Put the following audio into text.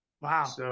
wow